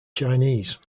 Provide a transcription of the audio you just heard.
chinese